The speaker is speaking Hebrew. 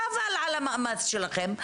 חבל על המאמץ שלכם,